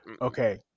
okay